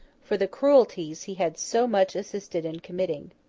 for the cruelties he had so much assisted in committing.